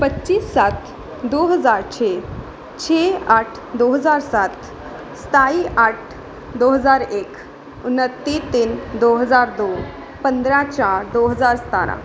ਪੱਚੀ ਸੱਤ ਦੋ ਹਜ਼ਾਰ ਛੇ ਛੇ ਅੱਠ ਦੋ ਹਜ਼ਾਰ ਸੱਤ ਸਤਾਈ ਅੱਠ ਦੋ ਹਜ਼ਾਰ ਇੱਕ ਉਨੱਤੀ ਤਿੰਨ ਦੋ ਹਜ਼ਾਰ ਦੋ ਪੰਦਰਾਂ ਚਾਰ ਦੋ ਹਜ਼ਾਰ ਸਤਾਰਾਂ